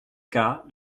cas